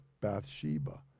Bathsheba